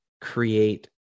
create